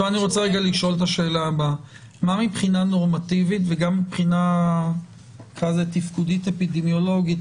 מה מבחינה נורמטיבית וגם מבחינה תפקודית אפידמיולוגית,